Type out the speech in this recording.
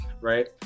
right